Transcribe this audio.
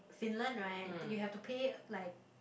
Finland right you have to pay like